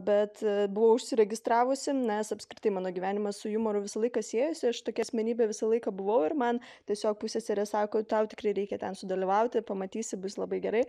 bet buvau užsiregistravusi nes apskritai mano gyvenimas su jumoru visą laiką siejosi aš tokia asmenybė visą laiką buvau ir man tiesiog pusseserė sako tau tikrai reikia ten sudalyvauti pamatysi bus labai gerai